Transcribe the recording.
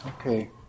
Okay